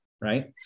right